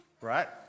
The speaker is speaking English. Right